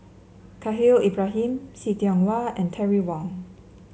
Khalil Ibrahim See Tiong Wah and Terry Wong